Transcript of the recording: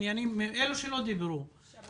מעוניינים לדבר, מאלה שלא דיברו, בבקשה.